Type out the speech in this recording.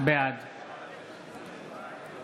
בעד